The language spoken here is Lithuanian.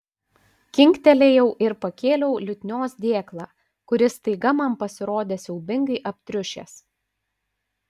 kinktelėjau ir pakėliau liutnios dėklą kuris staiga man pasirodė siaubingai aptriušęs